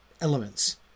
elements